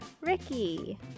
Ricky